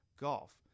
GOLF